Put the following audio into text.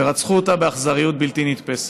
ורצחו אותה באכזריות בלתי נתפסת.